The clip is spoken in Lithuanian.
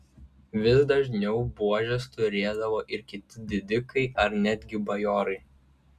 vis dažniau buožes turėdavo ir kiti didikai ar netgi bajorai